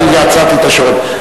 אני עצרתי את השעון.